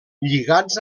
lligats